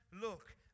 look